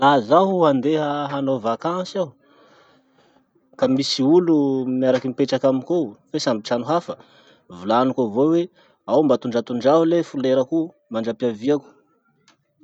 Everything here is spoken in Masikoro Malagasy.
Laha zaho handeha hanao vakansy aho ka misy olo miaraky mipetraky amiko eo fe samy trano hafa, volaniko avao hoe, ao mba tondratondraho le folerako io mandrampiaviako.